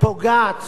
פוגעת